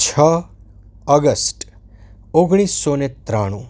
છ અગસ્ટ ઓગણીસસો ને ત્રાણું